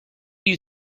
you